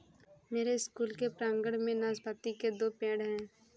मेरे स्कूल के प्रांगण में नाशपाती के दो पेड़ हैं